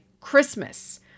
Christmas